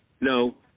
No